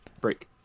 break